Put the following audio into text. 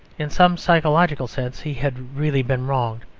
in some psychological sense he had really been wronged.